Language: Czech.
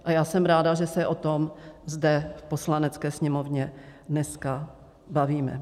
A já jsem ráda, že se o tom zde v Poslanecké sněmovně dneska bavíme.